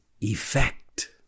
effect